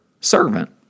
servant